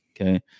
Okay